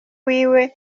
wiwe